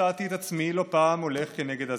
מצאתי את עצמי לא פעם הולך כנגד הזרם,